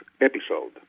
episode